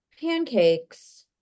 pancakes